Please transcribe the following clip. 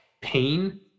pain